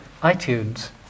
iTunes